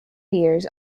years